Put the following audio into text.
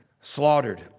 slaughtered